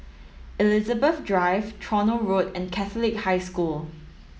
Elizabeth Drive Tronoh Road and Catholic High School